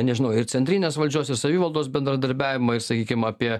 nežinau ir centrinės valdžios ir savivaldos bendradarbiavimą ir sakykim apie